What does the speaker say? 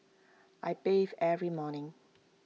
I bathe every morning